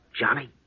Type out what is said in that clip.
Johnny